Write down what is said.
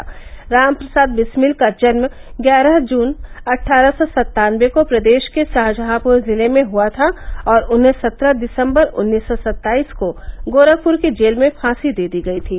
पंडित राम प्रसाद बिस्मिल का जन्म ग्यारह जून अट्ठारह सौ सत्तानबे को प्रदेष के षाहजहांपुर जिले में हुआ था और उन्हें सत्रह दिसम्बर उन्नीस सौ सत्ताईस को गोरखपुर के जेल में फांसी दे दी गयी थी